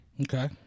Okay